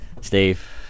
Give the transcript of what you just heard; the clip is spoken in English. Steve